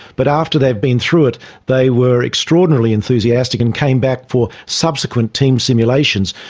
but after they'd been through it they were extraordinarily enthusiastic and came back for subsequent team simulations.